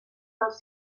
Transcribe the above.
dels